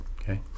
okay